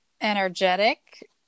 energetic